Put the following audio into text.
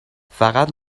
فقط